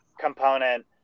component